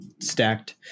stacked